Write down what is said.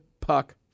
puck